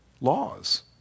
laws